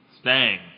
Stang